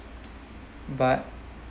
but